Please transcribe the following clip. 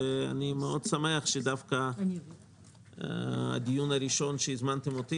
אני שמח מאוד שדווקא הדיון הראשון שאליו הזמנתם אותי